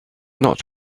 not